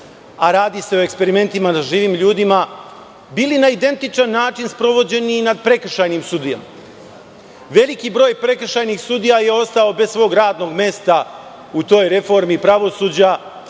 a radi se o eksperimentima na živim ljudima, bili na identičan način sprovođeni i nad prekršajnim sudijama. Veliki broj prekršajnih sudija je ostao bez svog radnog mesta u toj reformi pravosuđa,